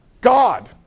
God